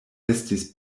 estis